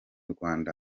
rwanda